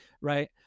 right